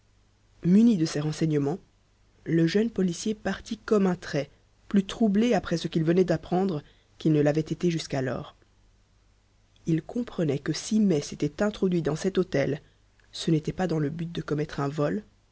muni de ces renseignements le jeune policier partit comme un trait plus troublé après ce qu'il venait d'apprendre qu'il ne l'avait été jusqu'alors il comprenait que si mai s'était introduit dans cet hôtel ce n'était pas dans le but de commettre un vol